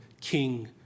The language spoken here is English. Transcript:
King